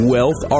Wealth